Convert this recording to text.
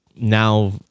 Now